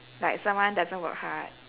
like someone doesn't work hard